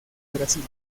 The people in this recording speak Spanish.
brasil